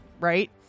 right